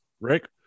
Rick